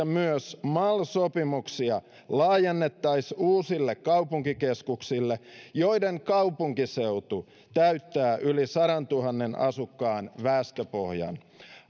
myös mal sopimuksia laajennettaisiin uusiin kaupunkikeskuksiin joiden kaupunkiseutu täyttää yli sataantuhanteen asukkaan väestöpohjan